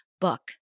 book